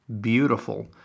beautiful